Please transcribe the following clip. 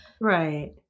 Right